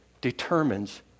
determines